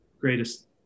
greatest